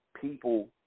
people